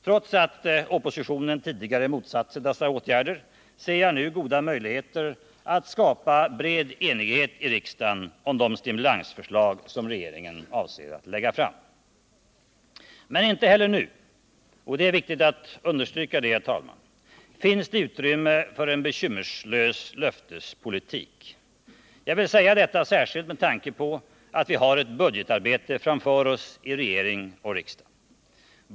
Trots att oppositionen tidigare motsatt sig dessa åtgärder ser jag goda möjligheter att nu skapa bred enighet i riksdagen om de stimulansförslag som regeringen avser att lägga fram. Men inte heller nu — och det är viktigt att understryka det, herr talman — finns det utrymme för en bekymmerslös löftespolitik. Jag vill säga detta särskilt med tanke på att vi har ett budgetarbete framför oss i regering och riksdag.